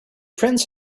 prince